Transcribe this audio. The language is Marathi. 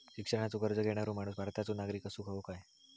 शिक्षणाचो कर्ज घेणारो माणूस भारताचो नागरिक असूक हवो काय?